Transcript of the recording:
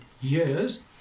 years